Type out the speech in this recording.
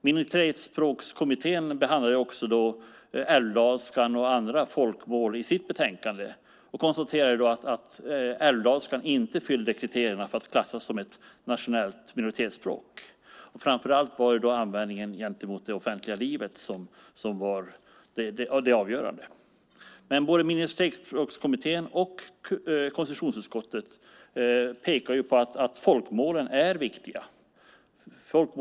Minoritetsspråkskommittén behandlade också älvdalskan och andra folkmål i sitt betänkande och konstaterade då att älvdalskan inte uppfyllde kriterierna för att klassas som ett nationellt minoritetsspråk. Framför allt var det användningen gentemot det offentliga livet som var det avgörande. Både minoritetsspråkskommittén och konstitutionsutskottet pekar på att folkmålen är viktiga.